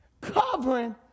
covering